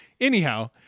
anyhow